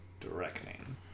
directing